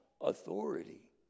authority